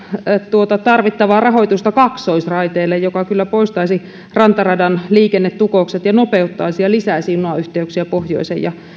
tuota tarvittavaa rahoitusta kaksoisraiteelle joka kyllä poistaisi rantaradan liikennetukokset ja nopeuttaisi ja lisäisi junayhteyksiä pohjoisen ja